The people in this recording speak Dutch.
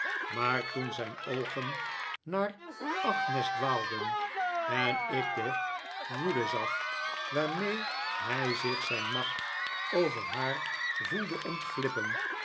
maar toen zijn oogen naar agnes dwaal den en ik de woede zag waarmee hij zich ziin macht over haar voelde ontglippen